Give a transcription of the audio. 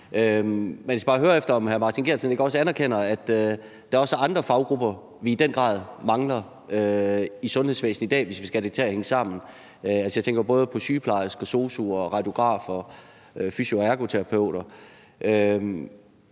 bare høre, om hr. Martin Geertsen ikke også anerkender, der også er andre faggrupper, vi i den grad mangler i sundhedsvæsenet i dag, hvis vi skal have det til at hænge sammen. Jeg tænker både på sygeplejersker, sosu'er, radiografer, fysio- og ergoterapeuter.